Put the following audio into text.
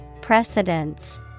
Precedence